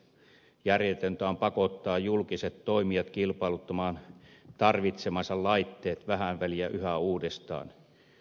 järjetöntä on pakottaa julkiset toimijat kilpailuttamaan tarvitsemansa laitteet vähän väliä yhä uudestaan